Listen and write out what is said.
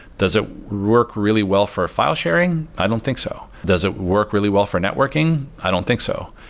does it work really well for a file sharing? i don't think so. does it work really well for networking? i don't think so.